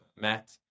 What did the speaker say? Matt